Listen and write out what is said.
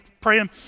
praying